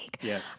yes